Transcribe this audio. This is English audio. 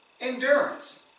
endurance